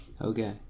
okay